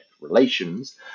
relations